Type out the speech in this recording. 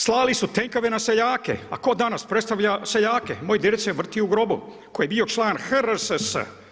Slali su tenkove na seljake, a tko danas predstavlja seljake, moj deda se vrti u grobu, koji je bio član HRSS.